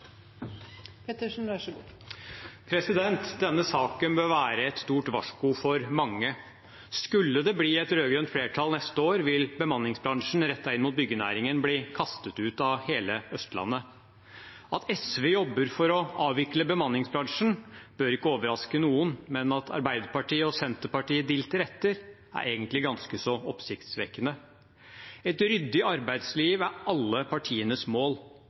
Denne saken bør være et stort varsko for mange. Skulle det bli et rød-grønt flertall neste år, vil bemanningsbransjen rettet inn mot byggenæringen bli kastet ut av hele Østlandet. At SV jobber for å avvikle bemanningsbransjen, bør ikke overraske noen, men at Arbeiderpartiet og Senterpartiet dilter etter, er egentlig ganske så oppsiktsvekkende. Et ryddig arbeidsliv er alle partienes mål,